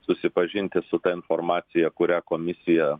susipažinti su ta informacija kurią komisija